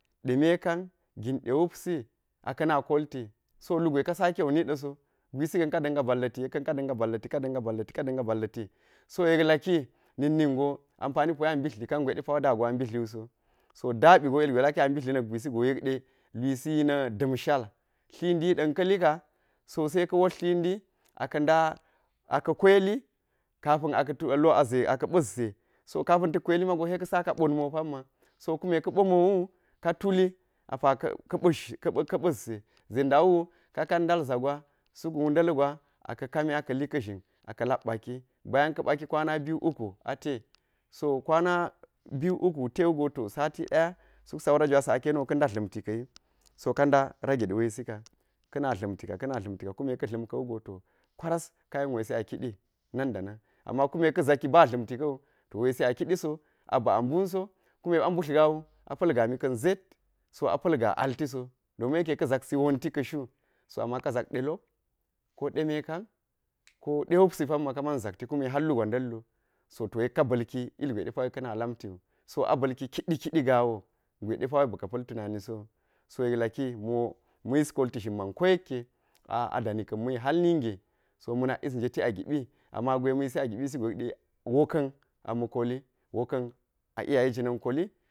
De mekan, gin dewupsi aka̱ na kolti so lugwe ka sakewu niɗeso gwisi ka̱n ka da̱nga balla̱ti yek ka̱u ka da̱nga balla̱ti ka da̱nga balla̱ti, ka da̱nga a bal la̱tika da̱nga balla̱ti so yek laki na̱k ningo ampani poye mbittli kangwe de pawo da go a mbittliso so da bigo llgwe ɗe laki a mbitli nvk gwesi jo yek ɗe lwisi yi na̱ da̱nshal tlindi yi dan ka̱lika so se ka̱ wotltlindi aka̱ nda aka̱ kweli kapa̱n aka̱ aka̱ ba̱tze so kapa̱n ta̱k kweli mago seka̱ saka botinbo pamma so kume ka̱ bo mbowu ka tuli a ka̱ ɓa̱t ze ze ndawu ka kan nalza ijwa suk wunda̱l gwa aka̱ kami aka̱li ka̱ zhin aka̱ lak ɓaki ɓayan ka̱ ɓaki kwan biyu, uku ate so kwana biyu, uku tewu go to sati daya suk saura jwasi aka̱ yeniwo ka̱nda dlamti ka̱wi so kanda raget wesi ka ka̱na dla̱mtika, ka̱na dla̱mti ka kuma ka̱ dla̱m ka̱wugo to kwaras ka yen wesi a kiɗi nanda nan a kume ka̱ zaki ba dlaa̱mti ka̱wu to wesi a kia̱i so a ba̱ a mbunso kumi ɓa mbutl gaa wu a pa̱l gaami ka̱n zet so a pa̱l gas alti so domin yeke ka zaksi wonti ka shu so ama ka zak delop ko demekan ko ɗe wiyesi pamma kama zatti kuma hallugwa nalal wu so yekka ba̱lki ilgwe depo wo ka̱na lamtiwu so a ba̱lki kiɗi, kii gaawo gwe depawo ba̱ka̱ pa̱l tunani sowu so yeklaki mo ma̱ yis kolti chin man koyekke a'adani ka̱n ma̱yi hal ninge so ma̱ nak yis jneti a giɓi ama gwe ma̱ yisi a gibisigo yek de wooka̱n ama̱ koli woo ka̱n a iyaye jinan koli.